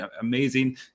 amazing